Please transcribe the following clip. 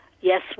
yes